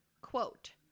Quote